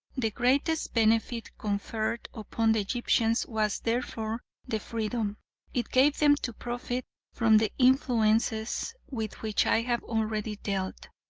the greatest benefit conferred upon the egyptians was therefore the freedom it gave them to profit from the influences with which i have already dealt.